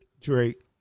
Drake